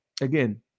Again